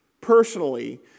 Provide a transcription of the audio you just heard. personally